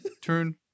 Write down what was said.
Turn